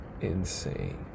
insane